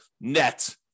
net